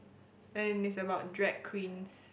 and it's about drag queens